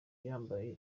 yambaye